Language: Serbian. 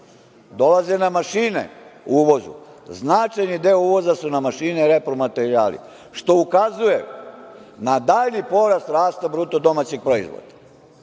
dolaze nam mašine, značajan deo uvoza su nam mašine i repromaterijali, što ukazuje na dalji porast rasta bruto-domaćeg proizvoda.